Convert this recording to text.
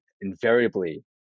invariably